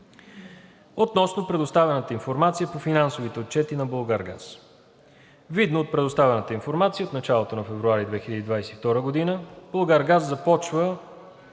Относно предоставената информация по финансовите отчети на „Булгаргаз“. Видно от предоставената информация, от началото на февруари 2022 г. „Булгаргаз“ започва